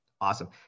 awesome